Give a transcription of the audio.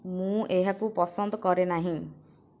ମୁଁ ଏହାକୁ ପସନ୍ଦ କରେ ନାହିଁ